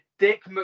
dick